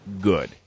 good